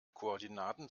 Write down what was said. koordinaten